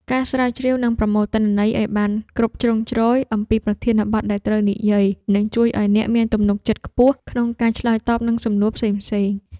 ការស្រាវជ្រាវ និងប្រមូលទិន្នន័យឱ្យបានគ្រប់ជ្រុងជ្រោយអំពីប្រធានបទដែលត្រូវនិយាយ នឹងជួយឱ្យអ្នកមានទំនុកចិត្តខ្ពស់ក្នុងការឆ្លើយតបនឹងសំណួរផ្សេងៗ។